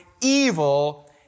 evil